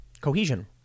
cohesion